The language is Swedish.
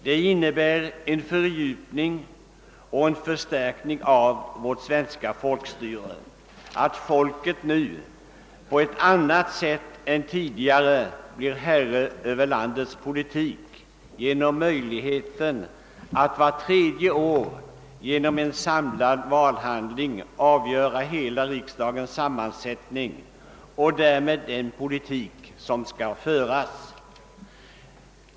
Det innebär en fördjupning och en förstärkning av vårt svenska folkstyre, att folket nu på ett annat sätt än tidigare blir herre över landets politik genom möjligheten att vart tredje år genom en samlad valhandling avgöra hela riksdagens sammansättning och därmed den politik som skall föras.